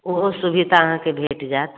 ओहो सुविधा अहाँके भेट जायत